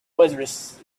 was